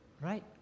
right